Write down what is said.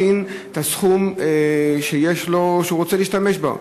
את הסכום שהוא רוצה להשתמש בו,